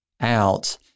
out